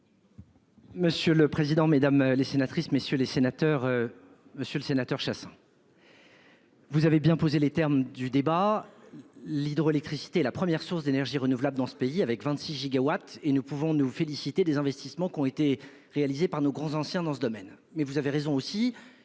Monsieur le président, Mesdames les sénatrices messieurs les sénateurs. Monsieur le Sénateur Chassaing.-- Vous avez bien posé les termes du débat. L'hydroélectricité la première source d'énergie renouvelable dans ce pays avec 26 gigawatts et nous pouvons nous féliciter des investissements qui ont été réalisés par nos grands anciens dans ce domaine mais vous avez raison aussi